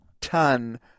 ton